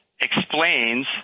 explains